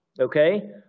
Okay